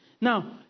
Now